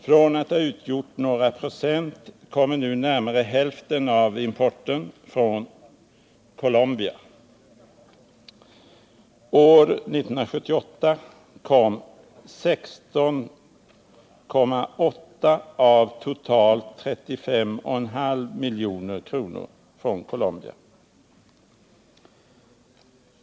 Från att ha utgjort några procent kommer nu närmare hälften av importen från Colombia. År 1978 avsåg 16,8 milj.kr. av totalt 35,5 milj.kr. Colombia.